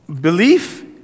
Belief